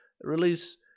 release